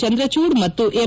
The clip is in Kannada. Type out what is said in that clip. ಚಂದ್ರಚೂಡ್ ಮತ್ತು ಎಂ